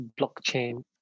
blockchain